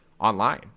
online